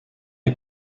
est